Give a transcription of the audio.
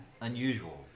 unusual